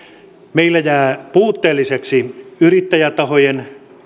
meillä jää puutteelliseksi yrittäjätahojen